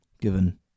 given